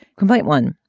kumite one.